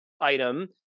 item